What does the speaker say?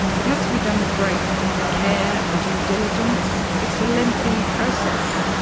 it has to be done with great care and due diligence. it's a lengthy process.